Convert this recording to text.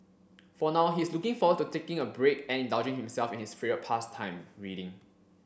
for now he is looking forward to taking a break and indulging himself in his favourite pastime reading